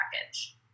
package